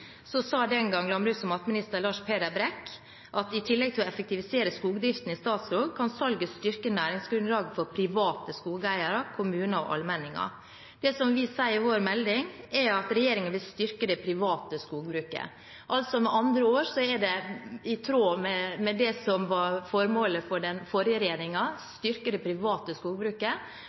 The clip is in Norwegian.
sa daværende landbruks- og matminister Lars Peder Brekk at i tillegg til å effektivisere skogdriften i Statskog kan salget «styrke næringsgrunnlaget for private skogeiere, kommuner og allmenninger». Det vi sier i vår melding, er at regjeringen vil styrke det private skogbruket. Det er altså med andre ord i tråd med det som var formålet for den forrige